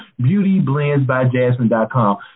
Beautyblendsbyjasmine.com